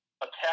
attack